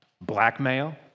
blackmail